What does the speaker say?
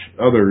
others